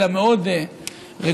אלא מאוד רגועה,